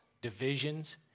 divisions